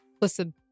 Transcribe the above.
Listen